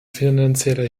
finanzieller